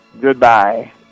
goodbye